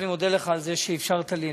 אני מודה לך על זה שאפשרת לי.